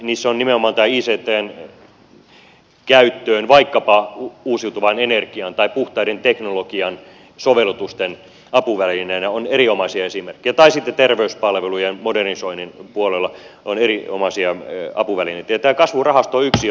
niissä on nimenomaan tämän ictn käyttöön vaikkapa uusiutuvaan energiaan tai puhtaan teknologian sovellutusten apuvälineenä erinomaisia esimerkkejä tai sitten terveyspalvelujen modernisoinnin puolella on erinomaisia apuvälineitä ja tämä kasvurahasto on yksi jota me tutkimme